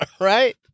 Right